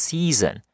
Season